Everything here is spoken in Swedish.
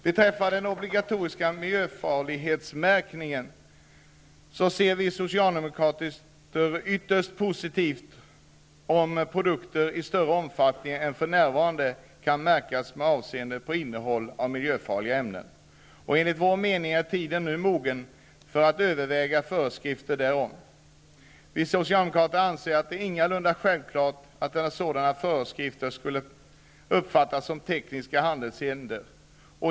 Beträffande den obligatoriska miljöfarlighetsmärkningen vill jag framhålla att vi socialdemokrater anser det vara ytterst positivt om produkter i större omfattning än som för närvarande är fallet kan märkas med avseende på vilka miljöfarliga ämnen de innehåller. Enligt vår mening är tiden nu mogen att överväga sådana föreskrifter. Vi socialdemokrater anser att det ingalunda är självklart att sådana föreskrifter skulle uppfattas som tekniska handelshinder.